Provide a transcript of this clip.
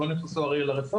הם לא נכנסו הרי לרפורמה.